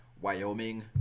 Wyoming